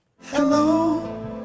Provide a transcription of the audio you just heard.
Hello